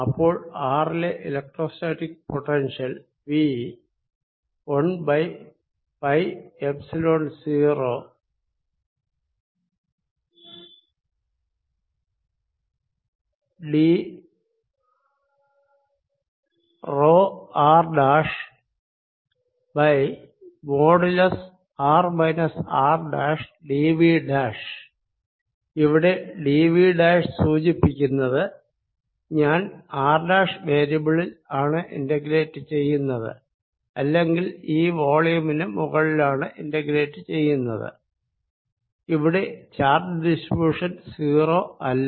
അപ്പോൾ r ലെ electrostatic potential V 1 0 r |r r |d v ഇവിടെ d v ' സൂചിപ്പിക്കുന്നത് ഞാൻ r ' വേരിയബിളിൽ ആണ് ഇന്റഗ്രേറ്റ് ചെയ്യുന്നത് അല്ലെങ്കിൽ ഈ വോളിയുമിന് മുകളിലാണ് ഇന്റഗ്രേറ്റ് ചെയ്യുന്നത് ഇവിടെ ചാർജ് ഡിസ്ട്രിബ്യുഷൻ 0 അല്ല